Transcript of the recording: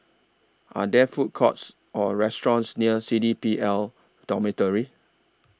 Are There Food Courts Or restaurants near C D P L Dormitory